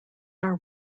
are